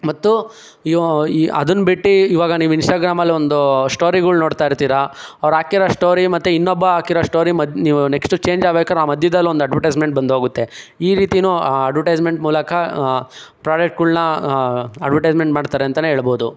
ಮತ್ತು ಇವು ಅದನ್ನ ಬಿಟ್ಟು ಇವಾಗ ನೀವು ಇನ್ಸ್ಟಾಗ್ರಾಮಲ್ಲಿ ಒಂದು ಸ್ಟೋರಿಗಳು ನೋಡ್ತಾಯಿರ್ತೀರ ಅವ್ರು ಹಾಕಿರೋ ಸ್ಟೋರಿ ಮತ್ತೆ ಇನ್ನೊಬ್ಬ ಹಾಕಿರೋ ಸ್ಟೋರಿ ಮತ್ ನೀವು ನೆಕ್ಷ್ಟು ಚೇಂಜ್ ಆಗ್ಬೇಕಾದ್ರೆ ಆ ಮಧ್ಯದಲ್ಲಿ ಒಂದು ಅಡ್ವರ್ಟೈಸ್ಮೆಂಟ್ ಬಂದು ಹೋಗುತ್ತೆ ಈ ರೀತಿನೂ ಆ ಅಡ್ವರ್ಟೈಸ್ಮೆಂಟ್ ಮೂಲಕ ಪ್ರಾಡಕ್ಟ್ಗಳನ್ನ ಅಡ್ವರ್ಟೈಸ್ಮೆಂಟ್ ಮಾಡ್ತಾರೆ ಅಂತಲೇ ಹೇಳ್ಬೋದು